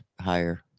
higher